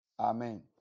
Amen